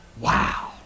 Wow